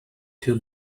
two